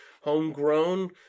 homegrown